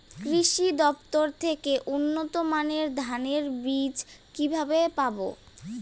কৃষি দফতর থেকে উন্নত মানের ধানের বীজ কিভাবে পাব?